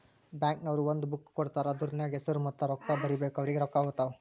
bank ನವ್ರು ಒಂದ್ book ಕೊಡ್ತಾರ್ ಅದೂರ್ನಗ್ ಹೆಸುರ ಮತ್ತ ರೊಕ್ಕಾ ಬರೀಬೇಕು ಅವ್ರಿಗೆ ರೊಕ್ಕಾ ಹೊತ್ತಾವ್